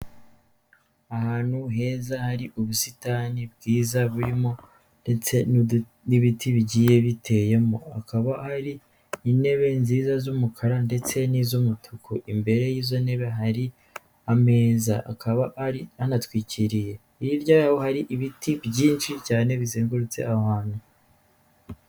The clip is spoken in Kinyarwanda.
Ahantu heza hari ubusitani bwiza burimo ndetse n'ibiti bigiye biteyemo, hakaba hari intebe nziza z'umukara ndetse n'iz'umutuku, imbere y'izo ntebe hari ameza hakaba ari hanatwikiriye, hirya yaho hari ibiti byinshi cyane bizengurutse aho ahantu.